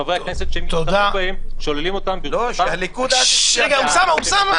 חברי הכנסת שמתחרים בהם שוללים אותם --- הליכוד הצביע אז בעד זה.